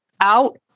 out